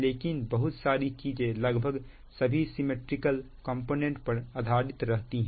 लेकिन बहुत सारी चीजें लगभग सभी सिमिट्रिकल कंपोनेंट पर ही आधारित रहती है